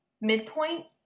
midpoint